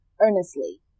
earnestly